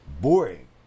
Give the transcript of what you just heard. boring